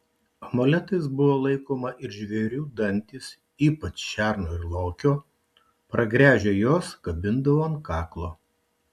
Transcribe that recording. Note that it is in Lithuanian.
amuletais buvo laikoma ir žvėrių dantys ypač šerno ir lokio pragręžę juos kabindavo ant kaklo